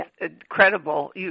incredible